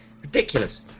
Ridiculous